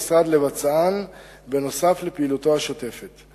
מדוע המדינה מבזבזת כסף בהחזקתם?